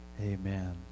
Amen